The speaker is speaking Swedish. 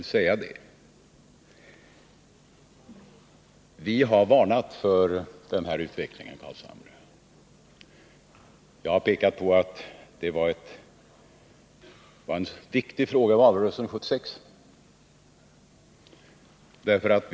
Vi har varnat för den utveckling vi nu upplever. Jag har pekat på att detta var en viktig fråga i valrörelsen 1976.